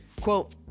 quote